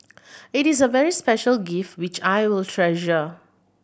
it is a very special gift which I will treasure